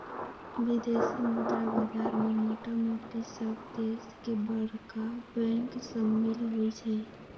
विदेशी मुद्रा बाजार में मोटामोटी सभ देश के बरका बैंक सम्मिल होइ छइ